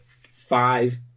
five